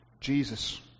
Jesus